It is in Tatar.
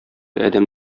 адәм